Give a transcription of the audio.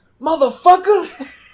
Motherfucker